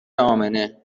امنه